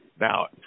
Now